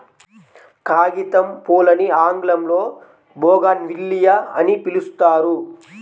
కాగితంపూలని ఆంగ్లంలో బోగాన్విల్లియ అని పిలుస్తారు